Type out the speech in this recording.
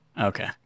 okay